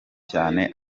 cyane